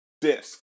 disc